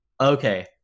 okay